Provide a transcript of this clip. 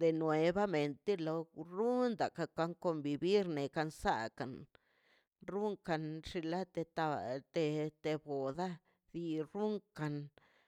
de nuevamente te lo runkan ka convivir to kansad runkan xinlateta te- te boda bir runkan.